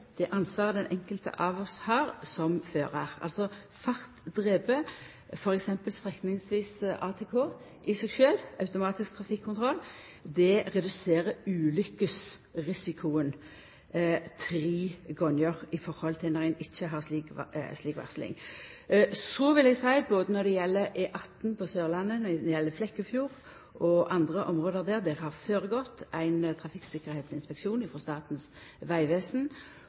i seg sjølv ulykkesrisikoen tre gonger i forhold til om ein ikkje har slik varsling. Så vil eg seia når det gjeld E18 på Sørlandet, når det gjeld Flekkefjord og andre område der, at det har føregått ein trafikksikkerheitsinspeksjon frå Statens vegvesen,